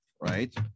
right